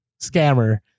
scammer